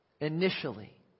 Initially